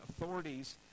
Authorities